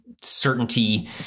certainty